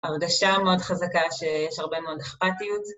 הרגשה מאוד חזקה שיש הרבה מאוד אכפתיות.